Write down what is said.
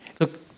Look